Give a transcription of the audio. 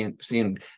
seeing